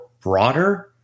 broader